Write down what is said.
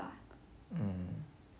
mm